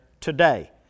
today